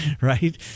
right